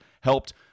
helped